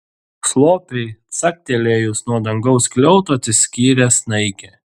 slopiai caktelėjus nuo dangaus skliauto atsiskyrė snaigė